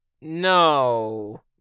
no